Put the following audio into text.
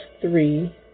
three